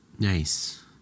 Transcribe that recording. Nice